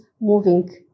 moving